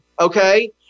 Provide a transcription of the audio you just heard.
okay